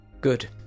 Good